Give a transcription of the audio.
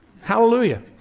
Hallelujah